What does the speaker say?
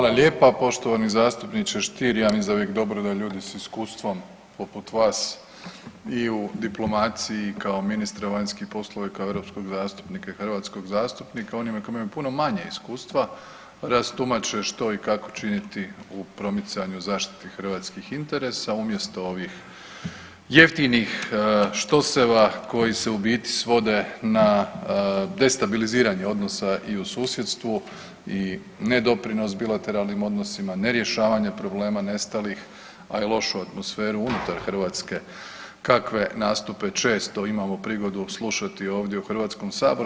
Hvala lijepa poštovani zastupniče Stier, ja mislim da je uvijek dobro da ljudi s iskustvom poput vas i u diplomaciji kao ministra vanjskih poslova i kao europskog zastupnika i hrvatskog zastupnika, onima koji imaju puno manje iskustva rastumače što i kako činiti u promicanju i zaštiti hrvatskih interesa umjesto ovih jeftinih štoseva koji se u biti svode na destabiliziranje odnosa i u susjedstvu i nedoprinos bilateralnim odnosima, nerješavanje problema nestalih, a i lošu atmosferu unutar Hrvatske kakve nastupe često imamo prigodu slušati ovdje u HS-u.